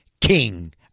King